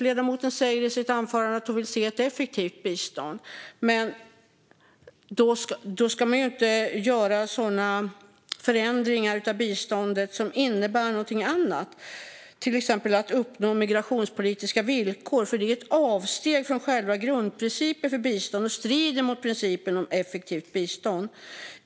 Ledamoten säger i sitt anförande att hon vill se ett effektivt bistånd. Då ska man inte göra förändringar av biståndet som syftar till någonting annat, till exempel att uppnå migrationspolitiska villkor. Det är ett avsteg från själva grundprincipen för bistånd och strider mot principen om effektivt bistånd.